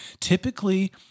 Typically